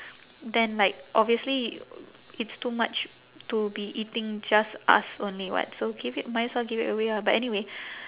then like obviously it's too much to be eating just us only [what] so give it might as well give it away ah but anyway